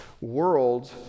world